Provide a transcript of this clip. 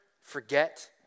forget